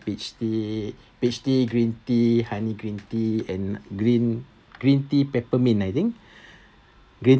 peach tea peach tea green tea honey green tea and green green tea peppermint I think green